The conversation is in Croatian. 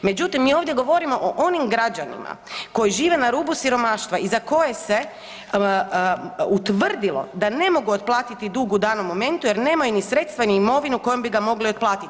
Međutim, mi ovdje govorimo o onim građanima koji žive na rubu siromaštva i za koje se utvrdilo da ne mogu otplatiti dug u danom momentu jer nemaju ni sredstva, ni imovinu kojom bi ga mogli otplatiti.